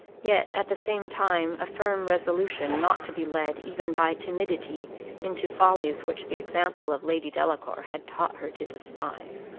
yet at the same time a firm resolution not to be led even by timidity into follies which the example of lady delacour had taught her to despise.